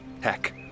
Heck